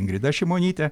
ingrida šimonytė